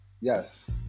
Yes